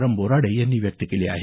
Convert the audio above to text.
रं बोराडे यांनी व्यक्त केली आहे